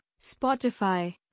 Spotify